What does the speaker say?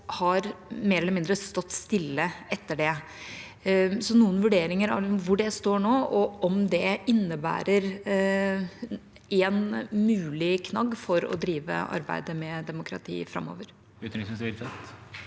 som mer eller mindre har stått stille etter det. Har utenriksministeren noen vurderinger av hvor det står nå, og om det innebærer en mulig knagg for å drive arbeidet med demokrati framover?